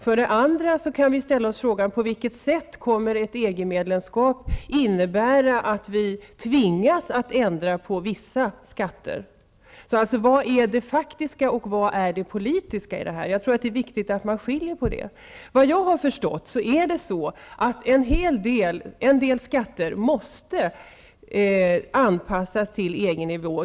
För det andra kan vi ställa oss frågan på vilket sätt ett EG-medlemskap kommer att innebära att vi tvingas att ändra på vissa skatter. Vad är det faktiska och vad är det politiska i detta? Det är viktigt att man skiljer på det. Efter vad jag har förstått måste en del skatter anpassas till EG-nivå.